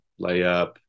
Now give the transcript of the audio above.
layup